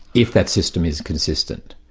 if that system is consistent.